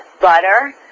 butter